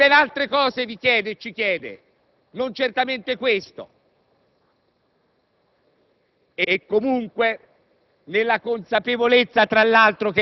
La famiglia italiana ben altre cose ci chiede e vi chiede, non certamente questo. Nella